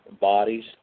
bodies